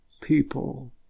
people